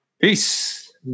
Peace